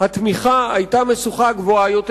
התמיכה היתה גבוהה יותר,